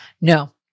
No